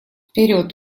вперед